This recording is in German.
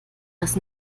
dass